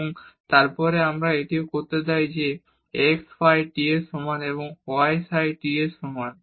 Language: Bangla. এবং তারপরে আমরা এটিও করতে দেই যে x ফাই t এর সমান এবং y সাই t এর সমান